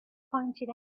pointed